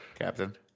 captain